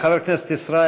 ישראל.